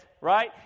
Right